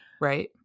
Right